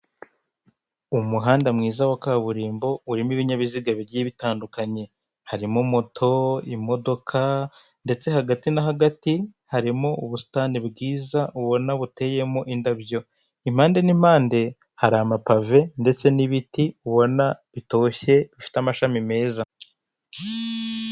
Umuhanda mwiza wa kaburimbo urimo ibinyabiziga bigiye bitandukanye, harimo moto, imodoka, ndetse hagati na hagati harimo ubusitani bwiza ubona buteyemo indabyo, impande n'impande hari amapave ndetse n'ibiti ubona bitoshye bifite amashami meza.